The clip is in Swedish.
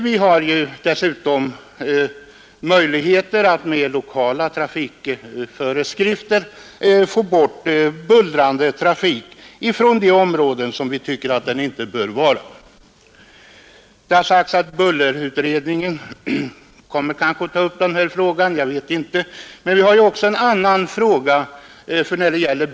Vi har dessutom möjligheter att med lokala trafikföreskrifter få bort bullrande trafik från områden där vi anser att sådan trafik inte bör förekomma. Det har sagts att trafikbullerutredningen kanske kommer att ta upp denna fråga. Jag känner inte till det.